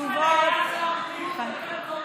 ליצמן היה שר בריאות יותר טוב,